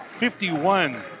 51